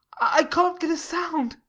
i can't get a sound.